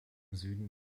süden